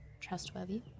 trustworthy